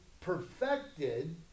perfected